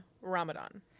Ramadan